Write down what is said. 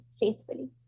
faithfully